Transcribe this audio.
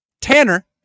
Tanner